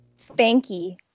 Spanky